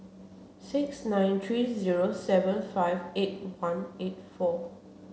six nine three zero seven five eight one eight four